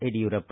Yediyurappa